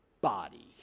body